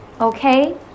okay